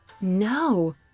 No